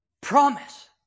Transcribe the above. promise